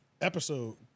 episode